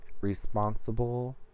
responsible